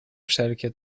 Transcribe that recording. wszelkie